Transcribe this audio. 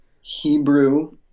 Hebrew